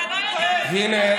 אתה לא יודע להגיד תודה.